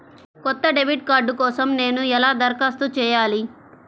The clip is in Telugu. కొత్త డెబిట్ కార్డ్ కోసం నేను ఎలా దరఖాస్తు చేయాలి?